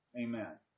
Amen